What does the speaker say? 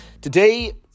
Today